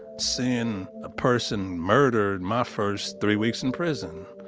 seeing a person murdered my first three weeks in prison.